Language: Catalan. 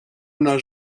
una